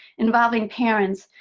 involving parents,